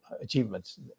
achievements